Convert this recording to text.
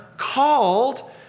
Called